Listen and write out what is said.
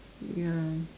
ya